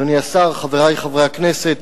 תודה, אדוני השר, חברי חברי הכנסת,